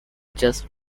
just